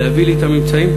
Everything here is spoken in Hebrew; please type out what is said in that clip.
להביא לי את הממצאים.